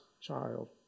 child